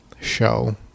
show